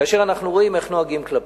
כאשר אנחנו רואים איך נוהגים כלפינו.